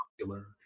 popular